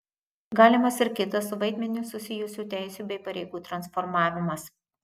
galimas ir kitas su vaidmeniu susijusių teisių bei pareigų transformavimas